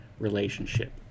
relationship